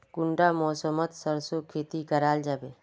कुंडा मौसम मोत सरसों खेती करा जाबे?